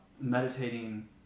meditating